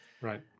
Right